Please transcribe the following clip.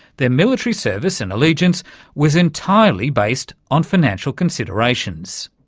their military service and allegiance was entirely based on financial considerations.